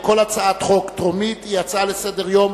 כל הצעת חוק טרומית היא הצעה לסדר-היום,